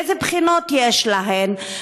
ואיזה בחינות יש להן,